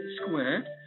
square